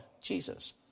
Jesus